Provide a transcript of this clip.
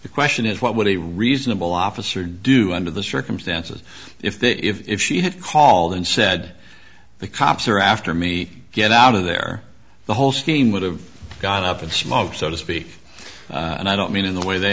the question is what would a reasonable officer do under the circumstances if the if she had called and said the cops are after me get out of there the whole scene would have gone up in smoke so to speak and i don't mean in the way they